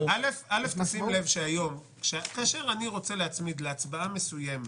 שים לב שהיום כאשר אני רוצה להצמיד להצבעה מסוימת